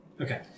Okay